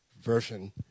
Version